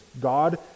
God